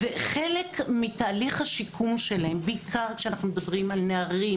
חלק מתהליך השיקום שלהם בעיקר כשאנו מדברים על נערים